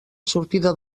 sortida